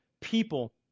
people